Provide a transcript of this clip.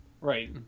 Right